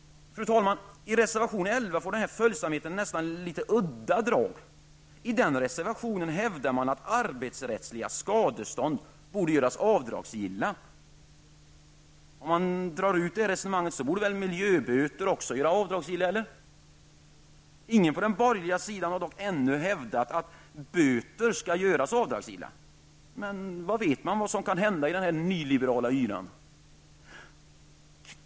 Fru talman! I reservation 11 får följdsamheten nästan litet udda drag. I den reservationen hävdar man att arbetsrättsliga skadestånd borde göras avdragsgilla. Om man utvecklar detta resonemang vidare kan man säga att miljöböter borde göras avdragsgilla. Ingen på den borgerliga sidan har dock ännu hävdat att miljöböter skall göras avdragsgilla, men vad vet man om vad som kan hända i den nyliberala yran!